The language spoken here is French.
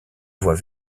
voies